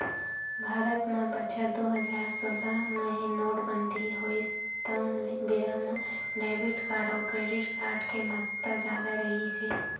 भारत म बछर दू हजार सोलह मे नोटबंदी होइस तउन बेरा म डेबिट कारड अउ क्रेडिट कारड के महत्ता जादा रिहिस हे